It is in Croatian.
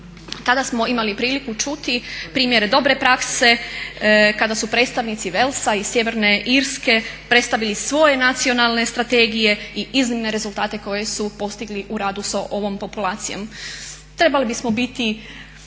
tada smo imali priliku čuti primjer dobre prakse kada su predstavnici Walesa i Sjeverne Irske predstavili svoje nacionalne strategije i iznimne rezultate koje su postigli u radu s ovom populacijom. Trebali bismo mudri